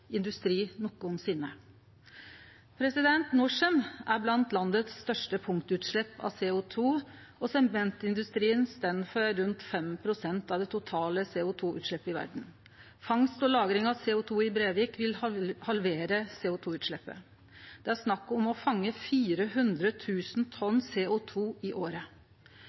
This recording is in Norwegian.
industri nokosinne. Norcem har blant landets største punktutslepp av CO 2 . Sementindustrien står for rundt 5 pst. av det totale CO 2 -utsleppet i verda. Fangst og lagring av CO 2 i Brevik vil halvere CO 2 -utsleppet. Det er snakk om å fange 400 000 tonn CO 2 i året.